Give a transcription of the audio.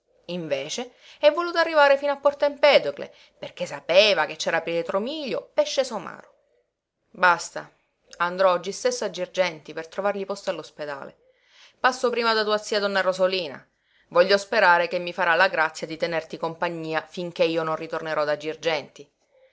invece è voluto arrivare fino a porto empedocle perché sapeva che c'era pietro mílio pesce-somaro basta andrò oggi stesso a girgenti per trovargli posto all'ospedale passo prima da tua zia donna rosolina voglio sperare che mi farà la grazia di tenerti compagnia finché io non ritornerò da girgenti